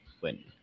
win